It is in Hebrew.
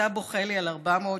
ואתה בוכה לי על 400 שקל,